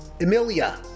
Emilia